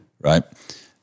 Right